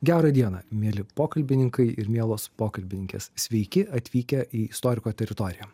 gerą dieną mieli pokalbininkai ir mielos pokalbininkės sveiki atvykę į istoriko teritoriją